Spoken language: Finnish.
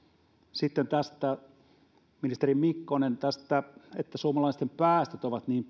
sitten tästä ministeri mikkonen että suomalaisten päästöt ovat niin